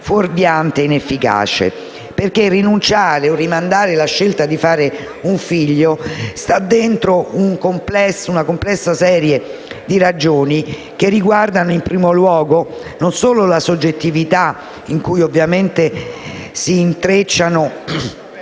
fuorviante e inefficace, perché rinunciare o rimandare la scelta di fare un figlio sta dentro una complessa serie di ragioni che riguardano non solo la soggettività (in cui ovviamente si intrecciano